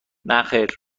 نخیر